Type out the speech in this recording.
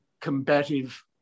combative